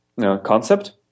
concept